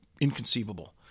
inconceivable